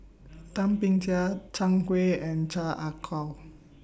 Thum Ping Tjin Zhang Hui and Chan Ah Kow